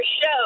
show